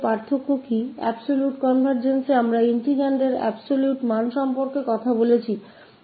पूर्ण absolute convergence में हम integrand के absolute मूल्य के बारे में बात कर रहे हैं